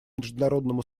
международному